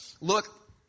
Look